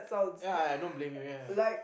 ya I I don't blame you ya ya